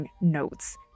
notes